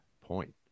point